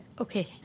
Okay